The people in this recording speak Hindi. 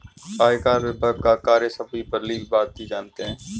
आयकर विभाग का कार्य सभी भली भांति जानते हैं